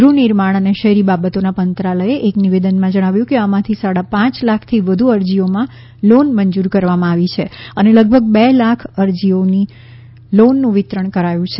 ગૃહનિર્માણ અને શહેરી બાબતોના મંત્રાલયે એક નિવેદનમાં જણાવ્યું છે કે આમાંથી સાડા પાંચ લાખથી વધુ અરજીઓમાં લોન મંજુર કરવામાં આવી છે અને લગભગ બે લાખ અરજીઓની લોનનું વિતરણ કરાયું છે